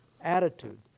attitude